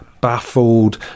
baffled